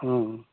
অঁ